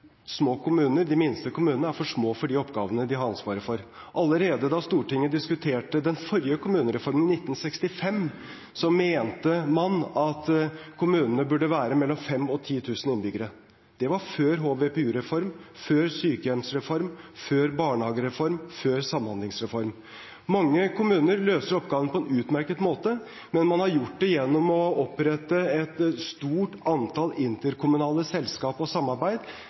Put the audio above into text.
små kommuner – de minste kommunene – er for små for de oppgavene de har ansvaret for. Allerede da Stortinget diskuterte den forrige kommunereformen, i 1965, mente man at kommunene burde være på mellom 5 000 og 10 000 innbyggere. Det var før HVPU-reform, før sykehjemsreform, før barnehagereform, før samhandlingsreform. Mange kommuner løser oppgaven på en utmerket måte, men man har gjort det gjennom å opprette et stort antall interkommunale selskaper og samarbeid,